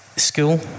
school